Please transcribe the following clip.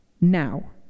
now